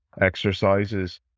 exercises